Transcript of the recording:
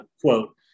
quote